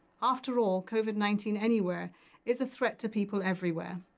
after all, covid nineteen anywhere is a threat to people everywhere.